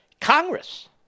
Congress